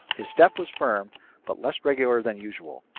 his step was firm but less regular than usual.